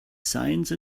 science